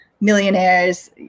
millionaires